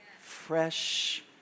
fresh